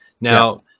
now